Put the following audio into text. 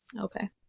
Okay